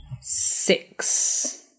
Six